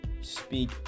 speak